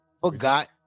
forgot